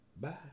Bye